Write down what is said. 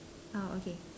ah okay